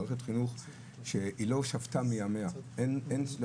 זו מערכת חינוך שלא שבתה מימיה; יש לה